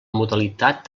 modalitat